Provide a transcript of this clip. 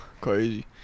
Crazy